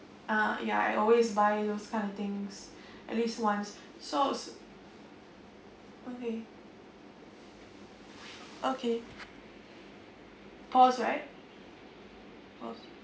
uh ya I always buy those kind of things at least once so okay okay pause right